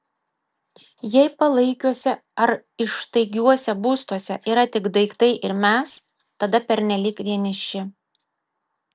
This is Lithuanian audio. jei palaikiuose ar ištaigiuose būstuose yra tik daiktai ir mes tada pernelyg vieniši